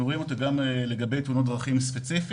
אנחנו רואים אותה גם לגבי תאונות דרכים ספציפית.